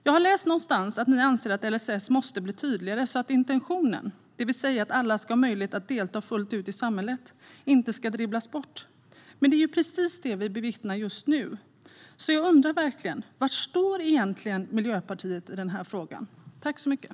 Jag har läst någonstans att ni anser att LSS måste bli tydligare så att intentionen, det vill säga att alla ska ha möjlighet att delta fullt ut i samhället, inte dribblas bort. Men det är just precis det vi bevittnar nu. Därför undrar jag verkligen: Var står Miljöpartiet egentligen i denna fråga?